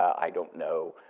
i don't know,